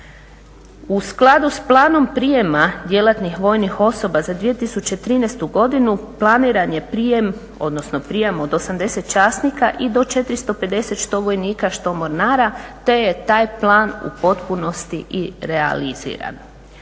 U skladu s planom prijema djelatnih vojnih osoba za 2013.godinu planiran je prijem od 80 časnika i do 450 što vojnika, što mornara te je taj plan u potpunosti i realiziran.